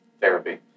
therapy